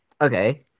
Okay